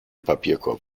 papierkorb